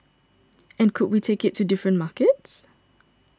and could we take it to different markets